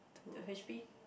to H_P